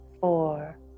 four